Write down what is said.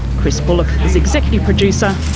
chris bullock is executive producer,